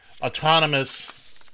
autonomous